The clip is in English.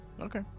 Okay